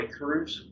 breakthroughs